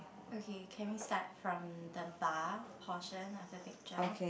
okay can we start from the bar portion after the picture